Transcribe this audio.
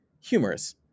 humorous